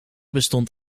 bestond